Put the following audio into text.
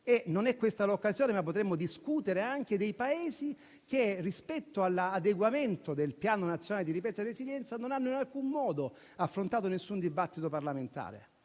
Non è questa l'occasione, ma potremmo discutere anche dei Paesi che, rispetto all'adeguamento del Piano nazionale di ripresa e resilienza, non hanno in alcun modo affrontato un dibattito parlamentare.